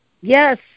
Yes